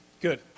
Good